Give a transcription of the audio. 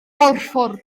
borffor